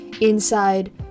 inside